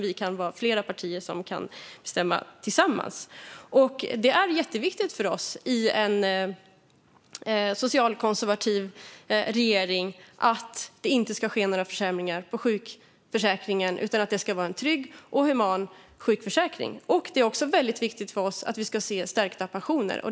Vi kan vara flera partier som bestämmer tillsammans. Det är jätteviktigt för oss att det i en socialkonservativ regering inte ska ske några försämringar i sjukförsäkringen, utan att det ska vara en trygg och human sjukförsäkring. Det är också väldigt viktigt för oss att se stärkta pensioner.